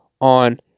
on